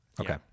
Okay